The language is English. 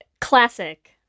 classic